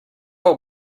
are